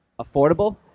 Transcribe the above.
affordable